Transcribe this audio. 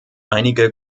einige